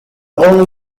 only